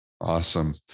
Awesome